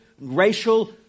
racial